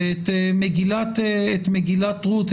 ואת מגילת רות,